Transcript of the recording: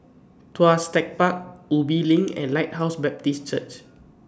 Tuas Tech Park Ubi LINK and Lighthouse Baptist Church